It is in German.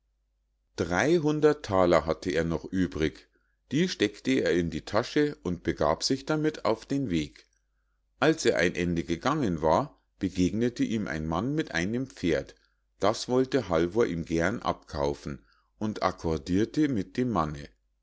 dreihundert thaler hatte er noch übrig die steckte er in die tasche und begab sich damit auf den weg als er ein ende gegangen war begegnete ihm ein mann mit einem pferd das wollte halvor ihm gern abkaufen und accordirte mit dem manne